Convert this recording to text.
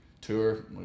tour